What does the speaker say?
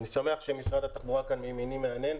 אני שמח שמשרד התחבורה כאן מימיני מהנהן,